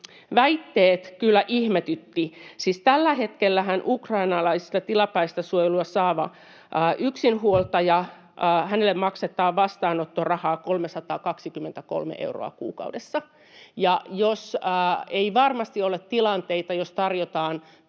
väitteet kyllä ihmetyttivät. Siis tällä hetkellähän ukrainalaiselle tilapäistä suojelua saavalle yksinhuoltajalle maksetaan vastaanottorahaa 323 euroa kuukaudessa, ja varmasti ei ole tilanteita, joissa tarjotaan